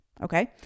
okay